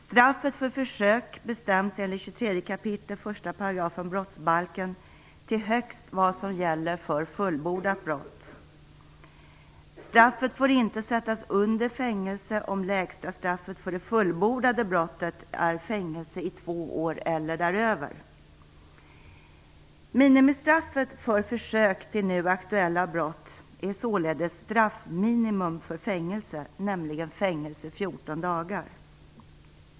Straffet för försök bestäms enligt 23 kap. 1 § brottsbalken till högst vad som gäller för fullbordat brott. Straffet får inte sättas under fängelse om lägsta straffet för det fullbordade brottet är fängelse i två år eller däröver. Minimistraffet för försök till nu aktuella brott är således straffminimum för fängelse, nämligen fängelse i 14 dagar.